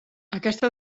aquesta